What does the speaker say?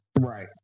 Right